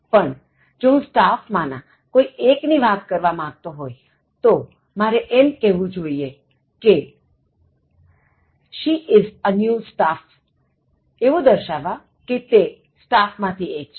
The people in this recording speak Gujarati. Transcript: પણ જો હું સ્ટાફ માં ના કોઇ એક ની વાત કરવા માગતો હોય તોમારે એમ કહેવું જોઇએ કે she is a new staff એવું દર્શાવવા કે તે સ્ટાફ માં થી એક છે